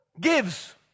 gives